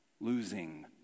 losing